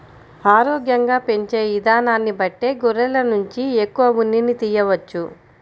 ఆరోగ్యంగా పెంచే ఇదానాన్ని బట్టే గొర్రెల నుంచి ఎక్కువ ఉన్నిని తియ్యవచ్చు